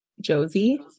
Josie